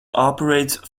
operate